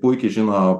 puikiai žino